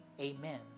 Amen